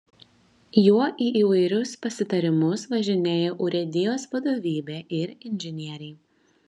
juo į įvairius pasitarimus važinėja urėdijos vadovybė ir inžinieriai